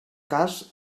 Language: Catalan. cas